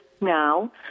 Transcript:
now